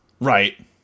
Right